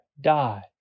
die